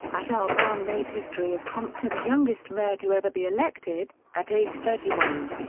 aja ah brown made history as compton's youngest mayor to ever be elected, at age thirty one.